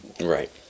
Right